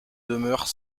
demeure